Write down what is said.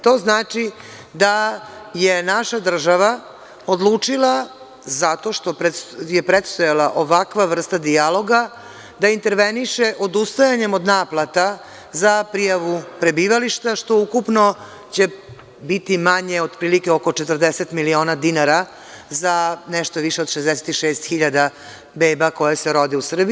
To znači da je naša država odlučila zato što je predstojala ovakva vrsta dijaloga, da interveniše odustajanjem od naplata za prijavu prebivališta, što ukupno će biti manje otprilike oko 40 miliona dinara za nešto više od 66.000 beba koje se rode u Srbiji.